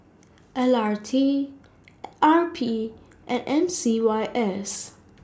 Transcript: L R T R P and M C Y S